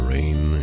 Rain